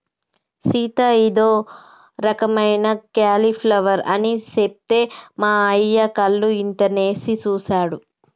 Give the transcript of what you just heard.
సీత ఇదో రకమైన క్యాలీఫ్లవర్ అని సెప్తే మా అయ్య కళ్ళు ఇంతనేసి సుసాడు